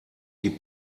die